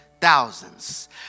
Thousands